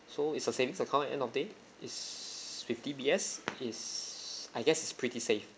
so it's a savings account end of day is fifty B S is I guess it's pretty safe